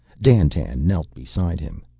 dandtan knelt beside him.